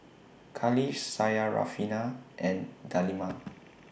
Khalish Syarafina and Delima